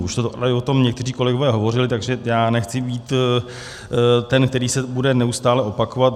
Už tady o tom někteří kolegové hovořili, takže já nechci být ten, který se bude neustále opakovat.